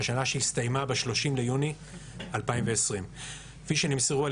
שנה שהסתיימה ב-30 ביולי 2020. כפי שנמסרו על